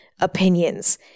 opinions